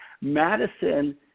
Madison –